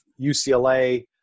UCLA